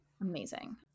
Amazing